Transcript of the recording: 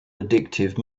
addictive